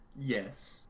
Yes